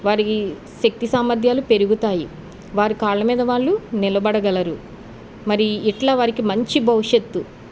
వారికి శక్తి సామర్థ్యాలు పెరుగుతాయి వారి కాళ్ళ మీద వాళ్ళు నిలబడగలరు మరి ఇట్లా వారికి మంచి భవిష్యత్తు